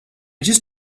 just